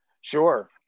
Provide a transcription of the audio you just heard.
Sure